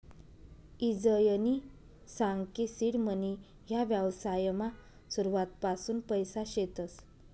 ईजयनी सांग की सीड मनी ह्या व्यवसायमा सुरुवातपासून पैसा शेतस